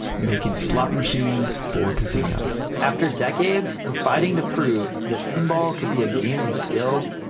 making slot machines for casinos after decades of fighting to prove that pinball could be a game of skill,